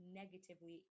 negatively